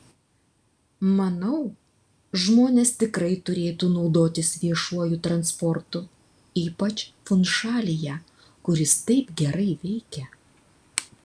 manau žmonės tikrai turėtų naudotis viešuoju transportu ypač funšalyje kur jis taip gerai veikia